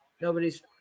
nobody's